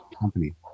company